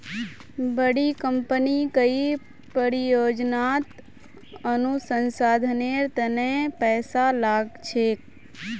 बड़ी कंपनी कई परियोजनात अनुसंधानेर तने पैसा लाग छेक